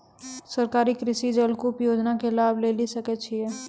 सरकारी कृषि जलकूप योजना के लाभ लेली सकै छिए?